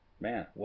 man